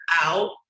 out